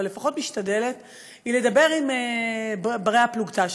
אבל אני לפחות משתדלת לדבר עם בני הפלוגתא שלי,